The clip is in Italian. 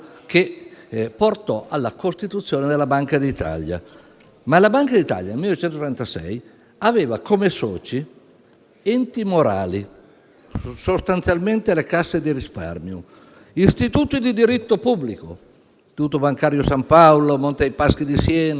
portò alla costituzione della Banca d'Italia. Ricordo che la Banca d'Italia nel 1936 aveva come soci enti morali (sostanzialmente le Casse di risparmio), istituti di diritto pubblico (Istituto bancario San Paolo, Monte dei Paschi di Siena),